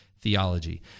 Theology